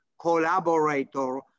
collaborator